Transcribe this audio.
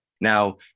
Now